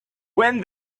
when